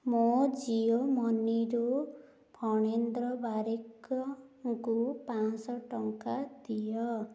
ମୋ ଜିଓ ମନିରୁ ଫଣେନ୍ଦ୍ର ବାରିକଙ୍କୁ ପାଞ୍ଚଶହ ଟଙ୍କା ଦିଅ